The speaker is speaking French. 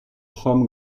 femme